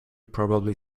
probably